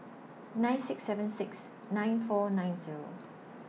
nine six seven six nine four nine Zero